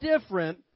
different